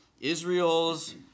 Israel's